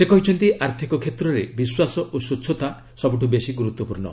ସେ କହିଛନ୍ତି ଆର୍ଥିକ କ୍ଷେତ୍ରରେ ବିଶ୍ୱାସ ଓ ସ୍ୱଚ୍ଚତା ସବୁଠୁ ବେଶି ଗୁରୁତ୍ୱପୂର୍ଣ୍ଣ